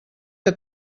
que